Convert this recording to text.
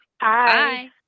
Hi